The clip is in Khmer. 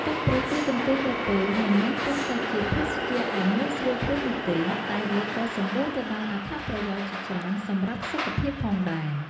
ទឹកប្រទាលកន្ទុយក្រពើ មិនមែនគ្រាន់តែជាភេសជ្ជៈដែលងាយស្រួលធ្វើនោះទេ តែវាក៏សម្បូរទៅដោយអត្ថប្រយោជន៍ជាច្រើនសម្រាប់សុខភាពផងដែរ។